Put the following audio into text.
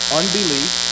unbelief